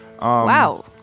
wow